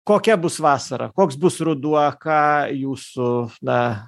kokia bus vasara koks bus ruduo ką jūsų na